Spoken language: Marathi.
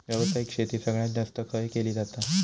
व्यावसायिक शेती सगळ्यात जास्त खय केली जाता?